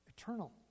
eternal